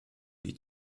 die